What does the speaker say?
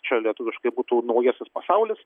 čia lietuviškai būtų naujasis pasaulis